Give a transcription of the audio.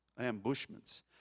ambushments